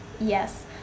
Yes